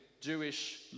Jewish